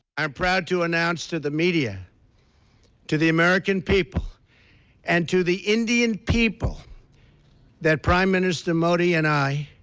i'm proud to announce to the media to the american people and to the indian people that prime minister modi and i